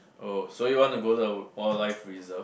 oh so you want to go to the wild life reserve